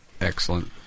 excellent